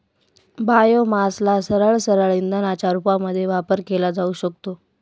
बायोमासला सरळसरळ इंधनाच्या रूपामध्ये वापर केला जाऊ शकतो